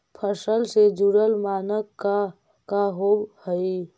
फसल से जुड़ल मानक का का होव हइ?